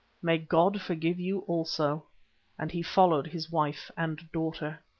may god forgive you also and he followed his wife and daughter.